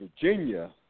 Virginia